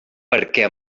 perquè